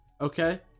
Okay